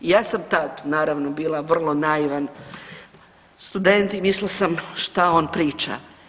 I ja sam tad naravno bila vrlo naivan student i mislila sam šta on priča.